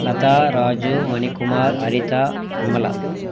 Lata Raju Manikumar Haritha Vimala